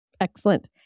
Excellent